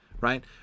right